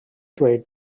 dweud